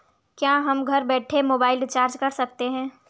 क्या हम घर बैठे मोबाइल रिचार्ज कर सकते हैं?